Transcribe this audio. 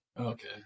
Okay